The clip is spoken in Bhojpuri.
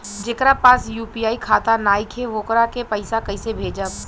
जेकरा पास यू.पी.आई खाता नाईखे वोकरा के पईसा कईसे भेजब?